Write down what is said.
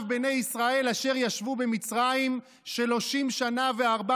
בני ישראל אשר ישבו במצרים שלשים שנה וארבע